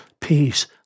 peace